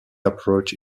approach